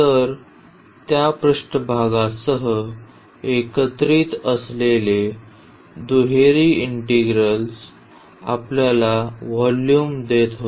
तर त्या पृष्ठभागासह एकत्रीत असलेले दुहेरी इंटिग्रल्स आपल्याला व्हॉल्यूम देत होते